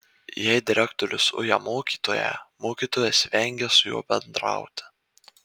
jei direktorius uja mokytoją mokytojas vengia su juo bendrauti